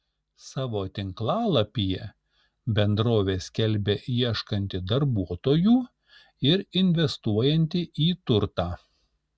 savo tinklalapyje bendrovė skelbia ieškanti darbuotojų ir investuojanti į turtą